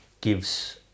gives